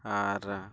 ᱟᱨ